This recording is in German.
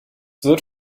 wird